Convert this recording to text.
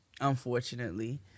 Unfortunately